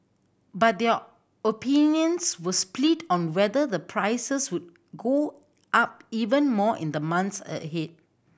but their opinions were split on whether the prices would go up even more in the months ahead